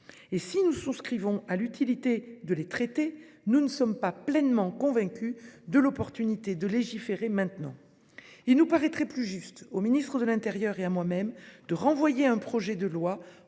action -et partage l'utilité de les traiter, nous ne sommes pas pleinement convaincus de l'opportunité de légiférer maintenant. Il paraîtrait plus pertinent au ministre de l'intérieur et à moi-même de renvoyer à un projet de loi